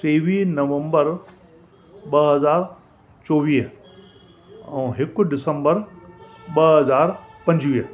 टेवीह नवम्बर ॿ हज़ार चोवीह ऐं हिक डिसम्बर ॿ हज़ार पंजवीह